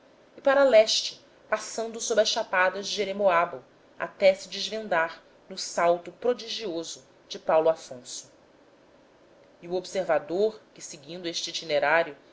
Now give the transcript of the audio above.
e para leste passando sob as chapadas de jeremoabo até se desvendar no salto prodigioso de paulo afonso e o observador que seguindo este itinerário